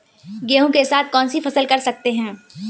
गेहूँ के साथ कौनसी फसल कर सकते हैं?